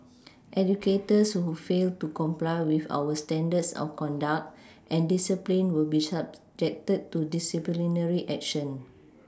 educators who fail to comply with our standards of conduct and discipline will be subjected to disciplinary action